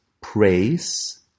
praise